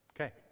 Okay